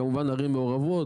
כמובן ערים מעורבות,